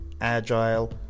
agile